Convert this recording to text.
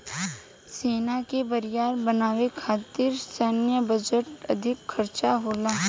सेना के बरियार बनावे खातिर सैन्य बजट में अधिक खर्चा होता